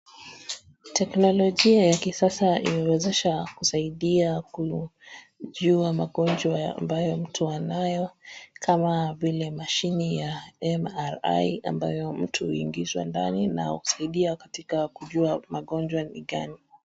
Teknolojia ya kisasa imewezesha kusaidia kujua magonjwa ambayo mtu anayo kama vile mashini ya MRI ambayo mtu huingizwa ndani na kusaidia katika kujua magonjwa ni gani.